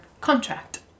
contract